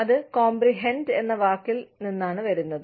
അത് കോംപ്രിഹെൻഡ് എന്ന വാക്കിൽ നിന്നാണ് വരുന്നത്